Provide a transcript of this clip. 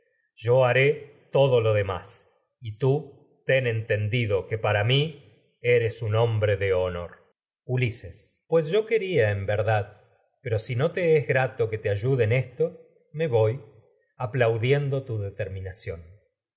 yo haré todo lo demás de y tú ten entendido que para mí eres un hom bre honor ulises pues yo quería en verdad pero si no te es en grato que te ayude esto me voy aplaudiendo tu determinación